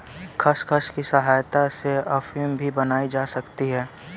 खसखस की सहायता से अफीम भी बनाई जा सकती है